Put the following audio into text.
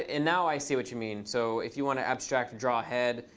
and now i see what you mean. so if you want to abstract draw head,